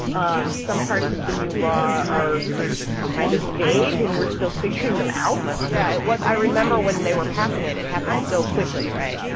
um some parts of the new law are kind of vague, and we're still figuring them out yeah, it was i remember when they were passing it, it happened so quickly, right?